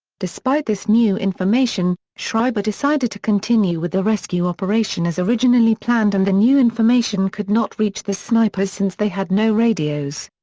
despite this new information, schreiber decided to continue with the rescue operation as originally planned and the new information could not reach the snipers since they had no radios.